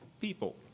people